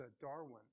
Darwin